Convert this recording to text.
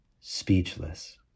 speechless